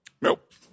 Nope